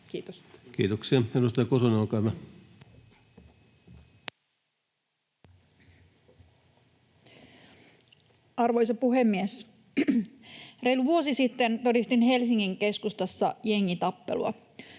Kiitos. Kiitoksia. — Edustaja Kosonen, olkaa hyvä. Arvoisa puhemies! Reilu vuosi sitten todistin Helsingin keskustassa jengitappelua.